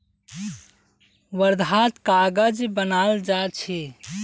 वर्धात कागज बनाल जा छे